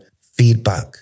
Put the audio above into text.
feedback